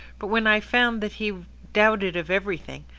but when i found that he doubted of everything,